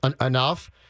enough